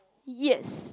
yes